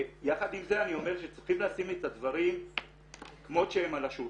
יחד עם זה אני אומר שצריכים לשים את הדברים כמות שהם על השולחן.